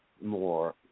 more